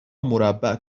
مربع